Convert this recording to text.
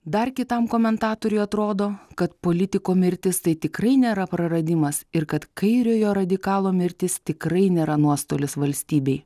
dar kitam komentatoriui atrodo kad politiko mirtis tai tikrai nėra praradimas ir kad kairiojo radikalo mirtis tikrai nėra nuostolis valstybei